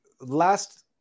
last